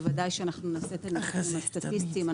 בוודאי שאנחנו נעשה ניתוחים סטטיסטיים,